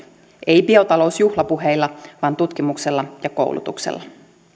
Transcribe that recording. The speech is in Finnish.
ei biotalousjuhlapuheilla vaan tutkimuksella ja koulutuksella